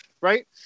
right